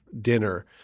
dinner